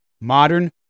modern